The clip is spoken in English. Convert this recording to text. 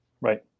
Right